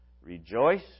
Rejoice